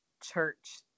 church